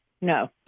No